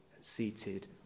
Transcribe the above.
seated